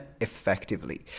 effectively